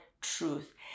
truth